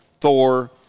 Thor